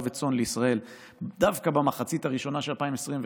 וצאן לישראל דווקא במחצית הראשונה של 2021,